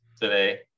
today